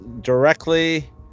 directly